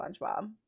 spongebob